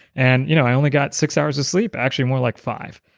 and you know i only got six hours of sleep, actually more like five,